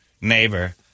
neighbor